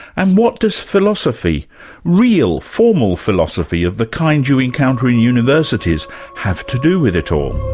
and what does philosophy real formal philosophy of the kind you encounter in universities have to do with it all?